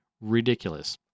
ridiculous